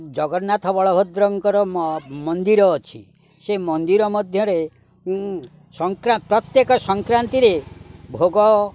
ଜଗନ୍ନାଥ ବଳଭଦ୍ରଙ୍କର ମନ୍ଦିର ଅଛି ସେ ମନ୍ଦିର ମଧ୍ୟରେ ପ୍ରତ୍ୟେକ ସଂକ୍ରାନ୍ତିରେ ଭୋଗ